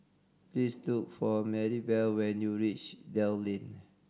please look for Marybelle when you reach Dell Lane